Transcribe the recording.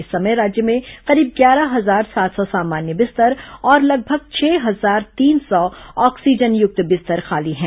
इस समय राज्य में करीब ग्यारह हजार सात सौ सामान्य बिस्तर और लगभग छह हजार तीन सौ ऑक्सीजन युक्त बिस्तर खाली हैं